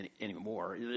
anymore